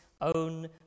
own